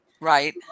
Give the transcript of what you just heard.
Right